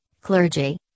clergy